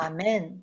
Amen